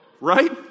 right